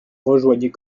rejoignait